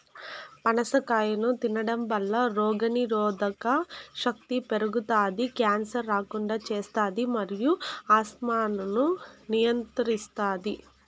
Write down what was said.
పనస కాయను తినడంవల్ల రోగనిరోధక శక్తి పెరుగుతాది, క్యాన్సర్ రాకుండా చేస్తాది మరియు ఆస్తమాను నియంత్రిస్తాది